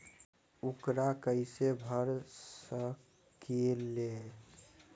ऊकरा कैसे भर सकीले?